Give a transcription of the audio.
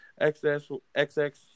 XX